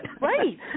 Right